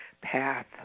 path